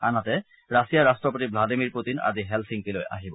আনহাতে ৰাছিয়াৰ ৰট্টপতি চ্লাডিমিৰ পুটিন আজি হেলচিংকিলৈ আহিব